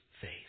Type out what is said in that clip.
face